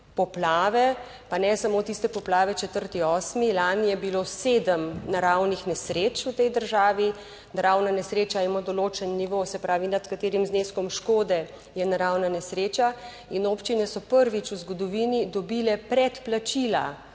poplave, pa ne samo tiste poplave 4. 8., lani je bilo sedem naravnih nesreč v tej državi. Naravna nesreča ima določen nivo, se pravi, nad katerim zneskom škode je naravna nesreča in občine so prvič v zgodovini dobile predplačila